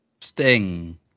Sting